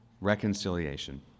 reconciliation